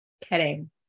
Kidding